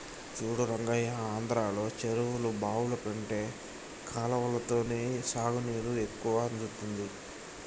చూడు రంగయ్య ఆంధ్రలో చెరువులు బావులు కంటే కాలవలతోనే సాగునీరు ఎక్కువ అందుతుంది